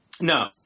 No